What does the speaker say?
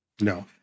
no